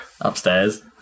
Upstairs